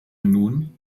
nun